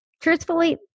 truthfully